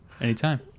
anytime